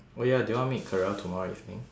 oh ya do you want meet carell tomorrow evening